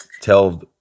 tell